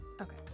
okay